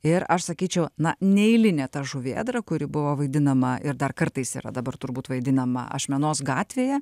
ir aš sakyčiau na neeilinė ta žuvėdra kuri buvo vaidinama ir dar kartais yra dabar turbūt vaidinama ašmenos gatvėje